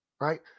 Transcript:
right